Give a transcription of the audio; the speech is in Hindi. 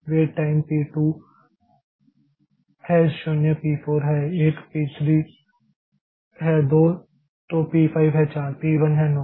वेट टाइम पी 2 है 0 पी 4 है 1 पी 3 है 2 तो पी 5 है 4 पी 1 है 9